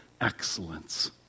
excellence